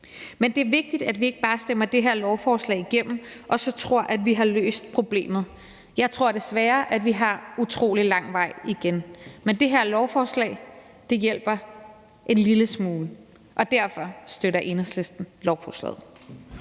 Men det er vigtigt, at vi ikke bare stemmer det her lovforslag igennem og så tror, at vi har løst problemet. Jeg tror desværre, at vi har utrolig lang vej igen. Men det her lovforslag hjælper en lille smule, og derfor støtter Enhedslisten lovforslaget.